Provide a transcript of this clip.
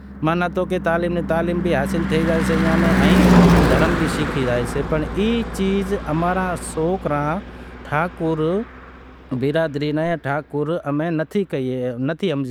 ای ورلڈ کپ کراہے پسے جیکو بھی جیتے وگیرا سئے جیکو بھی سئے کو ٹرافیوں وگیرا سے کوئی ای چیزوں کوئی ورلڈ کپ سے کوئی کرشنا ری مورتی سے ای وگیرا امیں انام میں